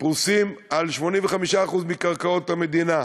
פרוסים על 85% מקרקעות המדינה.